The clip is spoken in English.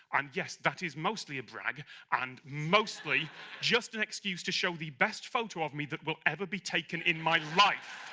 and yes, that is mostly a brag and mostly just an excuse to show the best photo of me that will ever be taken in my life.